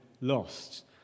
lost